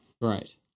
Right